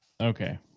okay